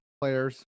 players